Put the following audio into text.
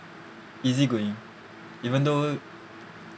easy going even though